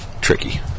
tricky